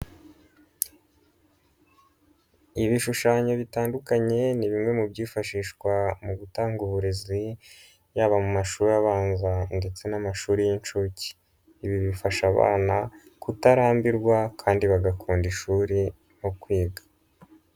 Ibishushanyo bitandukanye ni bimwe mu byifashishwa mu gutanga uburezi, yaba mu mashuri abanza ndetse no mu mashuri y'inshuke, ibi bifasha abana kutarambirwa kandi bagakunda ishuri nko kwiga.